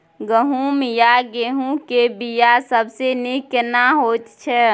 गहूम या गेहूं के बिया सबसे नीक केना होयत छै?